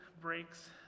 breaks